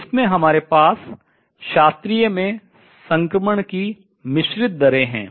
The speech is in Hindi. इसमें हमारे पास शास्त्रीय में संक्रमण की मिश्रित दरें हैं